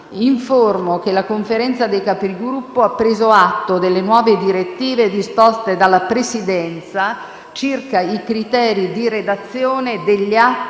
Informo che la Conferenza dei Capigruppo ha preso atto delle nuove direttive disposte dalla Presidenza circa i criteri di redazione degli atti